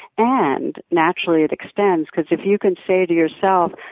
and naturally it extends because, if you can say to yourself,